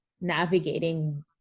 navigating